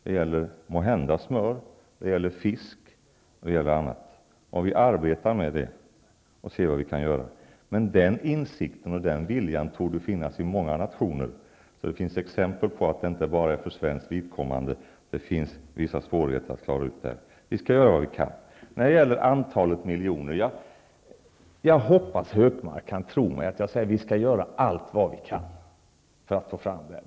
Det gäller måhända smör, det gäller fisk och annat. Vi arbetar med detta och ser vad vi kan göra. Den insikten och den viljan torde finnas hos många nationer. Det finns exempel på att det inte bara är för svenskt vidkommande det förekommer vissa svårigheter att klara ut detta. Vi skall göra vad vi kan. När det gäller antalet miljoner hoppas jag att Anders Högmark kan tro mig när jag säger att vi skall göra allt vi kan för att få fram mer pengar.